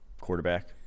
quarterback